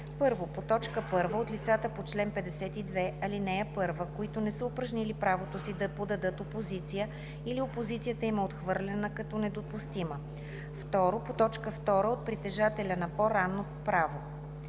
1. по т. 1 – от лицата по чл. 52, ал. 1, които не са упражнили правото си да подадат опозиция или опозицията им е отхвърлена като недопустима; 2. по т. 2 – от притежателя на по-ранното право.